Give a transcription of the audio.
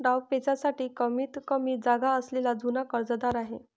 डावपेचांसाठी कमीतकमी जागा असलेला जुना कर्जदार आहे